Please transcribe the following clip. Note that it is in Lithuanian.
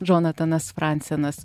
džonatanas fransenas